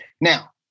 Now